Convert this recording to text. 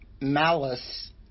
malice